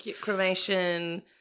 cremation